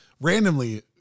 randomly